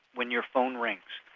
when your phone rings,